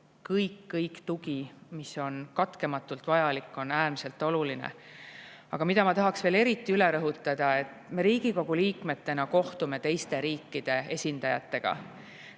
Kogu tugi, mis on katkematult vajalik, on äärmiselt oluline. Aga ma tahaksin veel eriti üle rõhutada ühte asja. Me Riigikogu liikmetena kohtume teiste riikide esindajatega.